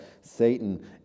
Satan